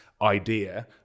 idea